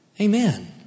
Amen